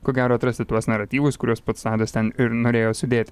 ko gero atrasti tuos naratyvus kuriuos pats tadas ten ir norėjo sudėt